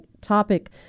topic